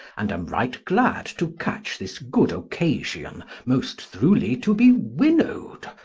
and am right glad to catch this good occasion most throughly to be winnowed,